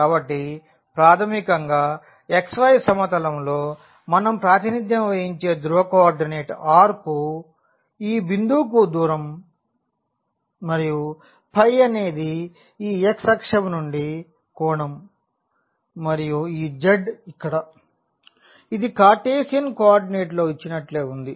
కాబట్టి ప్రాథమికంగా xy సమతలంలో మనం ప్రాతినిధ్యం వహించే ధ్రువ కోఆర్డినేట్ r కు ఈ బిందువుకు దూరం మరియు అనేది ఈ x అక్షం నుండి కోణం మరియు ఈ z ఇక్కడ ఇది కార్టేసియన్ కోఆర్డినేట్లో ఇచ్చినట్లే వుంది